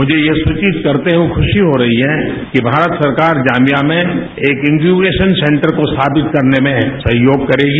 मुझे ये सूचित करते हुए खुशी हो रही है कि भारत सरकार जाम्बिया में एक इनक्यूबेशन सेंटर को स्थापित करने में सहयोग करेगी